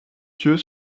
yeux